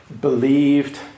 believed